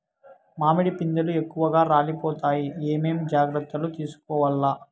మామిడి పిందెలు ఎక్కువగా రాలిపోతాయి ఏమేం జాగ్రత్తలు తీసుకోవల్ల?